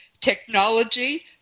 technology